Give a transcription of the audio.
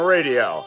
Radio